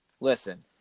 Listen